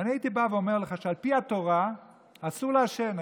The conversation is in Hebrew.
אם אני הייתי בא ואומר לך שעל פי התורה אסור לעשן,